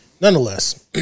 nonetheless